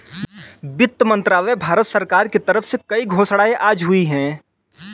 वित्त मंत्रालय, भारत सरकार के तरफ से कई घोषणाएँ आज हुई है